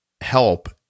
help